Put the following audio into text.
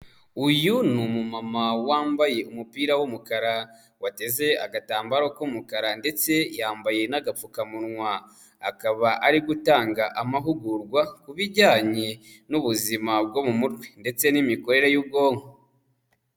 Uyu ni umumama wambaye umupira w'umukara wateze agatambaro k'umukara ndetse yambaye n'agapfukamunwa, akaba ari gutanga amahugurwa ku bijyanye n'ubuzima bwo mu mutwe ndetse n'imikorere y'ubwonko.